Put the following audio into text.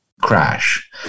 crash